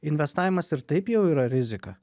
investavimas ir taip jau yra rizika